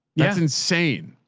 that's insane.